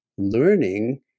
Learning